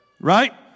Right